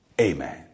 amen